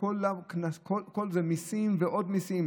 שהכול זה מיסים ועוד מיסים,